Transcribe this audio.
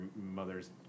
Mother's